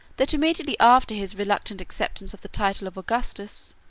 that, immediately after his reluctant acceptance of the title of augustus,